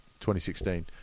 2016